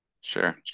Sure